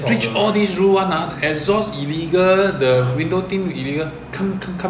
in malaysia and and your car must meet their emission standards